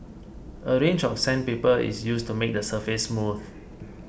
a range of sandpaper is used to make the surface smooth